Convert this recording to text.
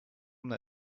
them